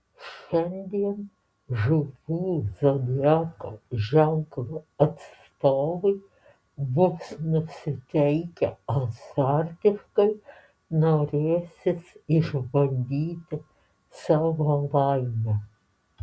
šiandien žuvų zodiako ženklo atstovai bus nusiteikę azartiškai norėsis išbandyti savo laimę